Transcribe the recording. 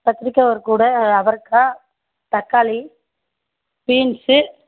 கத்திரிக்காய் ஒரு கூடை அவரக்காய் தக்காளி பீன்ஸ்ஸு